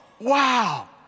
wow